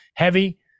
Heavy